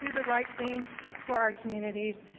the right thing for our communities.